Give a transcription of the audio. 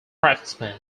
craftsman